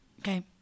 Okay